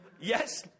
Yes